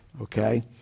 okay